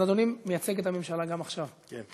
אז, אדוני מייצג את הממשלה גם עכשיו, כן.